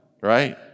right